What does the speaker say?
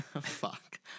Fuck